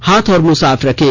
हाथ और मुंह साफ रखें